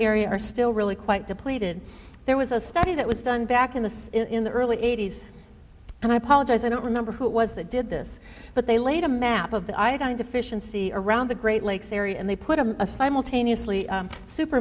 area are still really quite depleted there was a study that was done back in the in the early eighty's and i apologize i don't remember who it was that did this but they laid a map of the iodine deficiency around the great lakes area and they put a a simultaneous lee super